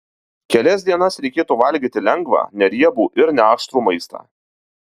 kelias dienas reikėtų valgyti lengvą neriebų ir neaštrų maistą